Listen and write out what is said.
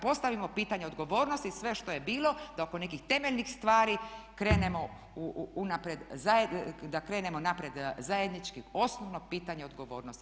Postavimo pitanje odgovornosti sve što je bilo, da oko nekih temeljnih stvari krenemo unaprijed, da krenemo napred zajednički, osnovno pitanje odgovornosti.